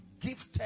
gifted